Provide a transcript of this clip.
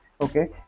okay